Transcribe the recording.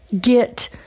get